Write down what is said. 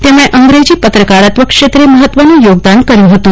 તેમણે અંગજી પત્રકારત્વ ક્ષેત્રે મહત્વન યોગદાન કર્યું હતું